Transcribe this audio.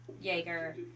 Jaeger